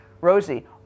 Rosie